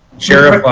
sheriff,